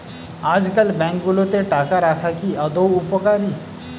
আজকাল ব্যাঙ্কগুলোতে টাকা রাখা কি আদৌ উপকারী?